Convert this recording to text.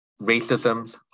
racism